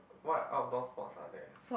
what outdoor sports are there's